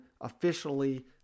officially